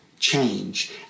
change